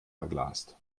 verglast